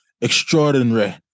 extraordinary